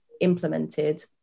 implemented